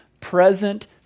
present